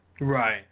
Right